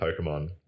pokemon